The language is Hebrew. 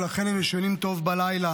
ולכן הם ישנים טוב בלילה.